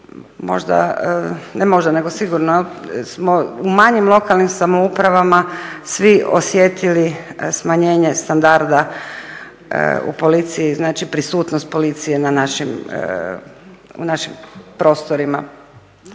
ne možda nego sigurno smo u manjim lokalnim samoupravama svi osjetili smanjenje standarda u policiji. Znači prisutnost policije na našim prostorima.